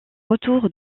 retour